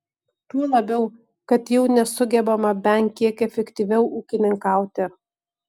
tuo labiau kad jau nesugebama bent kiek efektyviau ūkininkauti